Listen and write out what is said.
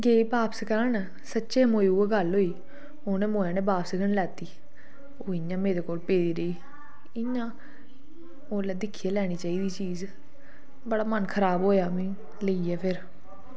गै बापस करान सच्चे मोए उऐ गल्ल होई उ'नें मोए नै बापस निं लैती ओह् इं'या मेरे कोल पेदी रेही ओल्लै दिक्खियै लैनी चाहिदी ही चीज़ बड़ा मन खराब होआ मेरा लेइयै फिर